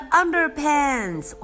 underpants